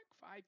five